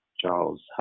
Charles